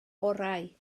orau